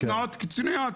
תנועות קיצוניות,